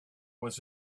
was